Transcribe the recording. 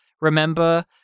remember